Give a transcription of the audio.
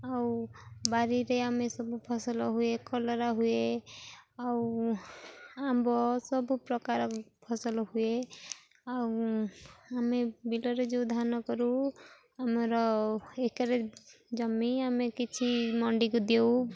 ଆଉ ବାରିରେ ଆମେ ସବୁ ଫସଲ ହୁଏ କଲରା ହୁଏ ଆଉ ଆମ୍ବ ସବୁ ପ୍ରକାର ଫସଲ ହୁଏ ଆଉ ଆମେ ବିଲରେ ଯୋଉ ଧାନ କରୁ ଆମର ଏକରେ ଜମି ଆମେ କିଛି ମଣ୍ଡିକୁ ଦେଉ